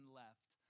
left